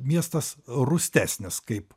miestas rūstesnis kaip